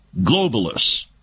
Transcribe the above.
globalists